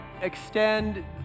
extend